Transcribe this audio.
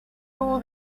all